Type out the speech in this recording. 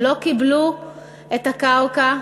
הם לא קיבלו את הקרקע,